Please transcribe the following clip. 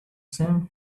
same